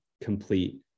complete